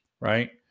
right